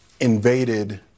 invaded